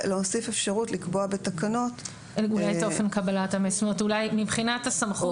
ולהוסיף אפשרות לקבוע בתקנות הוראות לעניין גורמים --- מבחינת הסמכות,